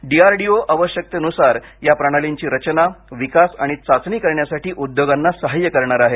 DRDO आवश्यकतेनुसार या प्रणालींची रचना विकास आणि चाचणी करण्यासाठी उद्योगांना सहाय्य करणार आहे